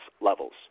levels